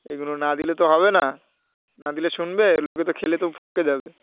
এগুলো না দিলে তো হবে না না দিলে শুনবে লোকে তো খেলে তো ফক্কে যাবে